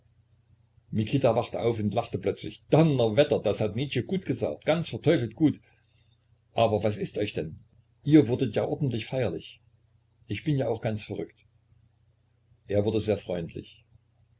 mikita wachte auf und lachte plötzlich donnerwetter das hat nietzsche gut gesagt ganz verteufelt gut aber was ist euch denn ihr wurdet ja ordentlich feierlich ich bin ja auch ganz verrückt er wurde sehr freundlich